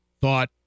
thought